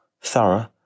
thorough